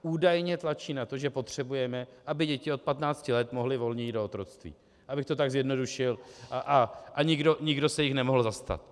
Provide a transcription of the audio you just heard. Údajně tlačí na to, že potřebujeme, aby děti od patnácti let mohly volně jít do otroctví, abych to tak zjednodušil, a nikdo se jich nemohl zastat.